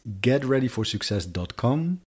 getreadyforsuccess.com